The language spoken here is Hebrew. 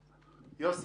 יוסי?